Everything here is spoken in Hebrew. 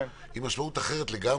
היא משמעות אחרת לגמרי,